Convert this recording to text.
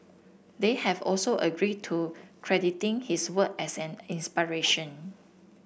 they have also agreed to crediting his work as an inspiration